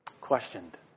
questioned